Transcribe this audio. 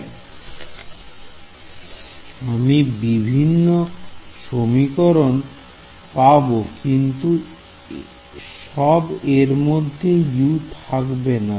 তাই আমি বিভিন্ন সমীকরণ পাব কিন্তু সব এরমধ্যে U থাকবে